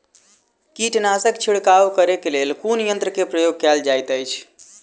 कीटनासक छिड़काव करे केँ लेल कुन यंत्र केँ प्रयोग कैल जाइत अछि?